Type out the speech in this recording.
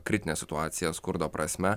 kritinė situacija skurdo prasme